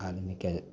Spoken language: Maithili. आदमीकेँ